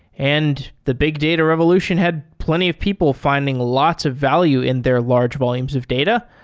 and the big data revolution had plenty of people fi nding lots of value in their large volumes of data.